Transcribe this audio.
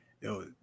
Yo